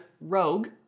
Rogue